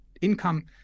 income